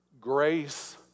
grace